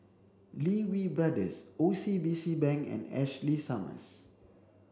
Lee Wee Brothers O C B C Bank and Ashley Summers